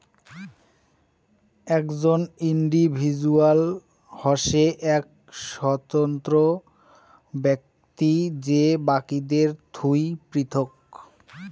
একজন ইন্ডিভিজুয়াল হসে এক স্বতন্ত্র ব্যক্তি যে বাকিদের থুই পৃথক